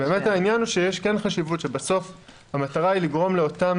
באמת העניין הוא שיש כן חשיבות שבסוף המטרה היא לגרום לאותם